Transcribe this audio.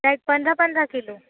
काय पंधरा पंधरा किलो